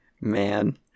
Man